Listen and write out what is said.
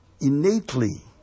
innately